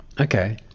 Okay